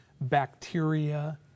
bacteria